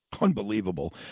Unbelievable